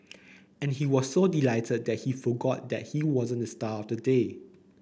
and he was so delighted that he forgot that he wasn't the star of the day